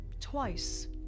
Twice